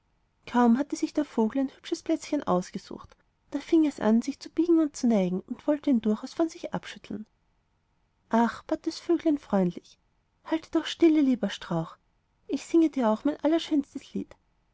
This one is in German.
kaum hatte sich der vogel ein hübsches plätzchen ausgesucht da fing es an sich zu biegen und zu neigen und wollte ihn durchaus von sich abschütteln ach bat das vöglein freundlich halte doch stille lieber strauch ich singe dir auch mein allerschönstes lied